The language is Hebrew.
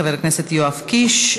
חבר הכנסת יואב קיש.